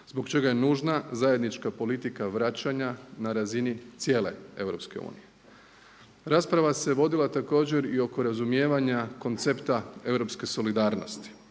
zbog čega je nužna zajednička politika vraćanja na razini cijele EU. Rasprava se vodila također i oko razumijevanja koncepta europske solidarnosti.